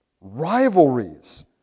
Rivalries